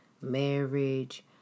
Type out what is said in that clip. marriage